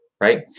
right